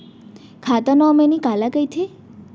खाता नॉमिनी काला कइथे?